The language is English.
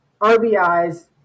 RBIs